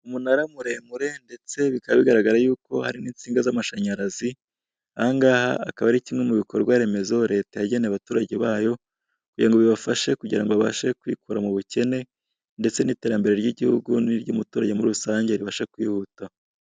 Umunara muremure ndetse bikaba bigaragara ko hari n'insinga z'amashanyarazi. Aha ngaha, iki kikaba ari kimwe mu bikorwaremezo leta yageneye abaturage bayo kugira ngo babashe kwikura mu bukene, ndetse n'iterambere ry'igihugu n'iry'umuturage ribashe kwihuta.